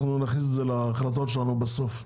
ונכניס את זה להחלטות שלנו בסוף.